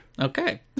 Okay